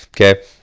Okay